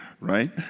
Right